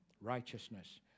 righteousness